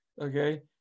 Okay